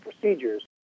procedures